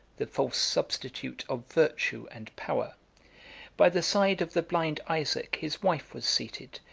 the false substitute of virtue and power by the side of the blind isaac his wife was seated,